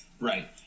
Right